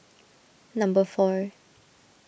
number four